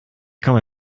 komme